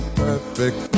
perfect